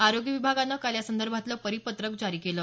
आरोग्य विभागानं काल यासंदर्भातलं परिपत्रक जारी केलं